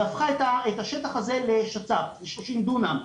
והפכה את השטח הזה לשצ"ף ל-30 דונם.